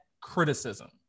criticism